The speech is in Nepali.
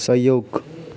सहयोग